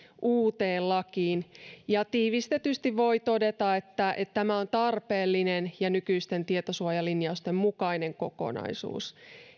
uuteen lakiin ja tiivistetysti voi todeta että että tämä on tarpeellinen ja nykyisten tietosuojalinjausten mukainen kokonaisuus